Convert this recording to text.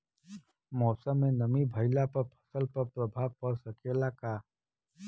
मौसम में नमी भइला पर फसल पर प्रभाव पड़ सकेला का?